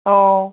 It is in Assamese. অঁ